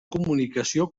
comunicació